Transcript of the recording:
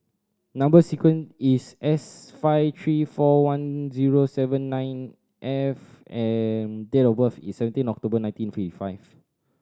number sequence is S five three four one zero seven nine F and date of birth is seventeen October nineteen fifty five